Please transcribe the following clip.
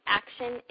action